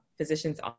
physicians